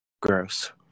Gross